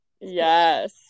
Yes